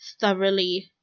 thoroughly